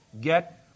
get